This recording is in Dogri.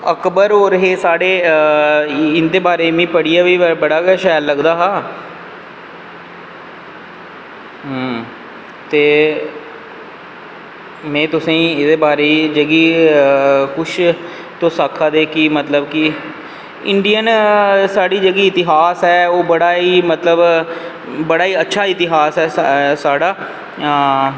अकबर होर हे में इंदे बारे च पढ़ियै बी बड़ा शैल लगदा हा ते में तुसेंगी इंदे बारे च कुश तुस आक्खा दे मतलव कि इंडियन जेह्का साढ़ा इतिहास ऐ ओह् बड़ा ही मतलव बड़ा ही अच्छा इतिहास ऐ साढ़ा